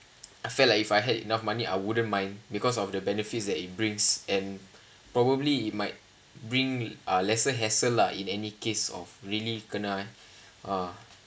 I felt like if I had enough money I wouldn't mind because of the benefits that it brings and probably it might bring uh lesser hassle lah in any case of really kena ah